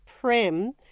prem